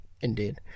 Indeed